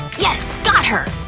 yes! got her!